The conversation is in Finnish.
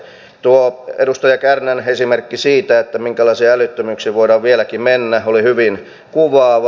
tuo edustaja kärnän esimerkki siitä minkälaisiin älyttömyyksiin voidaan vieläkin mennä oli hyvin kuvaava